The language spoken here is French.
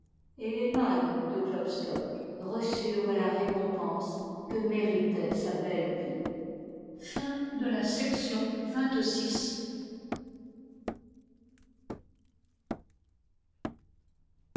et les mânes de klopstock reçurent la récompense que méritait sa belle vie chapitre